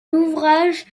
l’ouvrage